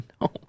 No